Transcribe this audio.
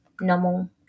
normal